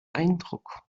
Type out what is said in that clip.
eindruck